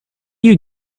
you